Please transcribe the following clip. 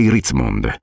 Ritzmond